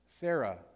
Sarah